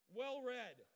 well-read